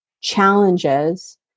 challenges